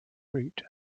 route